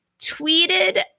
tweeted